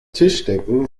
tischdecken